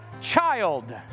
child